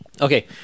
Okay